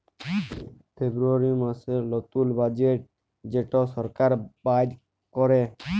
ফেব্রুয়ারী মাসের লতুল বাজেট যেট সরকার বাইর ক্যরে